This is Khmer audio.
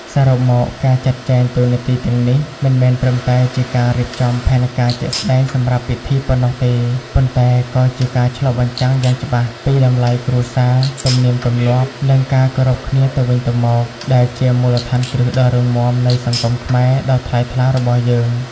សរុបមក ការចាត់ចែងតួនាទីទាំងនេះ មិនមែនត្រឹមតែជាការរៀបចំផែនការជាក់ស្តែងសម្រាប់ពិធីប៉ុណ្ណោះទេ ប៉ុន្តែក៏ជាការឆ្លុះបញ្ចាំងយ៉ាងច្បាស់ពី តម្លៃគ្រួសារ ទំនៀមទម្លាប់ និងការគោរពគ្នាទៅវិញទៅមក ដែលជាមូលដ្ឋានគ្រឹះដ៏រឹងមាំនៃសង្គមខ្មែរដ៏ថ្លៃថ្លារបស់យើង។